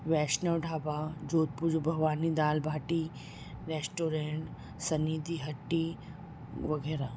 वैशनव ढाबा जोधपुर जो भवानी दाल बाटी रेस्टोरेंट सन्नी दी हट्टी वग़ैरह